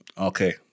Okay